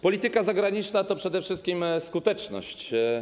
Polityka zagraniczna to przede wszystkim skuteczność.